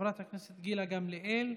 חברת הכנסת גילה גמליאל,